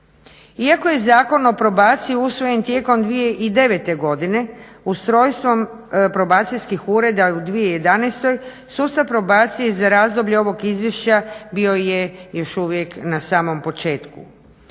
Iako je Zakon o probaciji usvojen tijekom 2009. godine ustrojstvom probacijskih ureda u 2011. sustav probacije za razdoblje ovog izvješća bio je još uvijek na samom početku.